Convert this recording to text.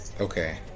Okay